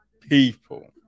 people